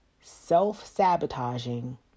Self-sabotaging